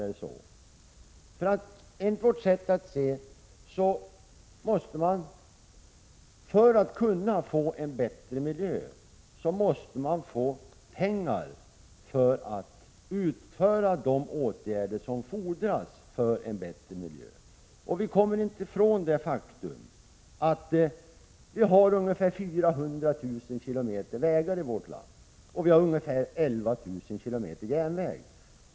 För att kunna få till stånd en bättre miljö måste man enligt vårt sätt att se få pengar för att utföra de åtgärder som fordras för en bättre miljö. Vi kommer inte ifrån det faktum att vi i vårt land har ungefär 400 000 km vägar, och vi har ungefär 11 000 km järnväg.